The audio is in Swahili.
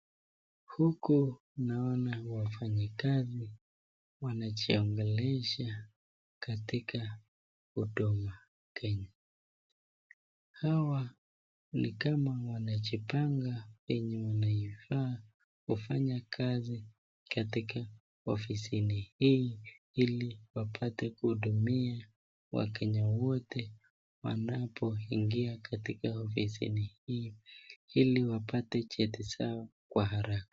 Huku naona wafanyikazi wanajiongelesha katika huduma kenya hawa ni kama wanajipanga venye wanafaa kufanya kazi katika ofisi hii ili wapate kuhudumia wakenya wote wanapoingia katika ofisi hii ili wapate cheti zao kwa haraka.